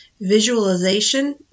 Visualization